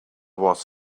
was